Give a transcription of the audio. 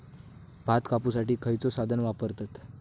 भात कापुसाठी खैयचो साधन वापरतत?